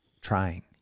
trying